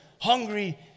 hungry